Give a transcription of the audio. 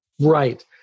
Right